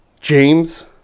James